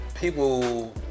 people